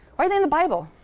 are they in the bible?